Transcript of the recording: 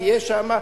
תהיה שמה,